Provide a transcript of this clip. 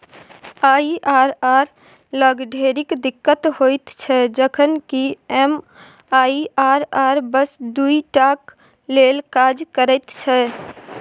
IRR लग ढेरिक दिक्कत होइत छै जखन कि एम.आई.आर.आर बस दुइ टाक लेल काज करैत छै